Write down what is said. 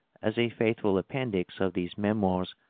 as a faithful appendix of these memoirs,